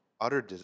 utter